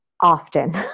Often